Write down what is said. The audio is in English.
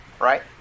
right